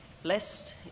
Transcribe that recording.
Blessed